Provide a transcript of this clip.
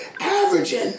averaging